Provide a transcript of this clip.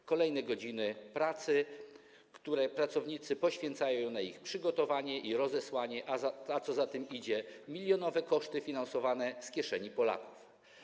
To kolejne godziny pracy, które pracownicy poświęcają na ich przygotowanie i rozesłanie, a co za tym idzie, milionowe koszty finansowane z kieszeni Polaków.